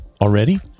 Already